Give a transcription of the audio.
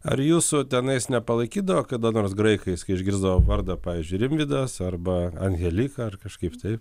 ar jūsų tenais nepalaikydavo kada nors graikais kai išgirsdavo vardą pavyzdžiui rimvydas arba anhelika ar kažkaip taip